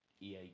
EA